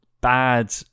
bad